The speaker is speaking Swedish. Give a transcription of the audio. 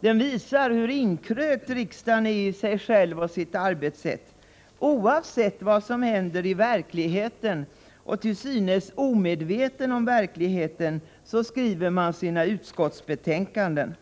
Den visar hur inkrökt riksdagen är i sig själv och sitt arbetssätt. Oavsett vad som händer i verkligheten och till synes omedveten om verkligheten skriver man sina utskottsbetänkanden.